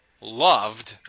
loved